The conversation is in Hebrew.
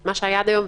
מה שהיה עד היום,